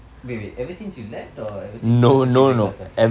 wait wait ever since you left or ever since the circuit breaker